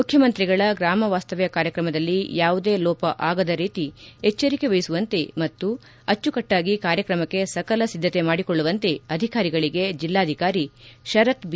ಮುಖ್ಯಮಂತ್ರಿಗಳ ಗ್ರಾಮ ವಾಸ್ತವ್ಯ ಕಾರ್ಯಕ್ರಮದಲ್ಲಿ ಯಾವುದೇ ಲೋಪ ಆಗದ ರೀತಿ ಎಚ್ಚರಿಕೆ ವಹಿಸುವಂತೆ ಮತ್ತು ಅಚ್ಚುಕಟ್ಟಾಗಿ ಕಾರ್ಯಕ್ರಮಕ್ಕೆ ಸಕಲ ಸಿದ್ಧತೆ ಮಾಡಿಕೊಳ್ಳುವಂತೆ ಅಧಿಕಾರಿಗಳಿಗೆ ಜಿಲ್ಲಾಧಿಕಾರಿ ಶರತ್ ಬಿ